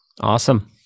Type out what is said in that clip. Awesome